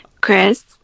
Chris